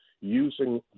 using